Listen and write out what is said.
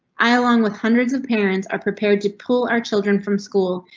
i, along with hundreds of parents, are prepared to pull our children from school.